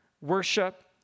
worship